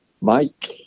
mike